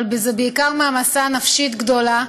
אבל זו בעיקר מעמסה נפשית גדולה.